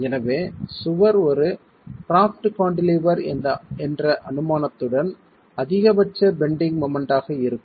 எனவே சுவர் ஒரு ப்ராப்ட் கான்டிலீவர் என்ற அனுமானத்துடன் அதிகபட்ச பெண்டிங் மொமெண்ட் ஆக இருக்கும்